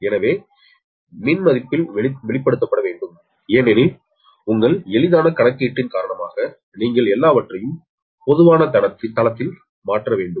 எனவே மின் அமைப்பைப் பொறுத்தவரை இவை அனைத்தும் ஒரு யூனிட் மதிப்பில் வெளிப்படுத்தப்பட வேண்டும் ஏனெனில் உங்கள் எளிதான கணக்கீட்டின் காரணமாக நீங்கள் எல்லாவற்றையும் ஒரு பொதுவான தளத்தில் மாற்ற வேண்டும்